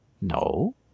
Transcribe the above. No